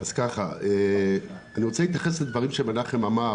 אני רוצה להתייחס לדברים שמנחם אמר